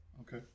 okay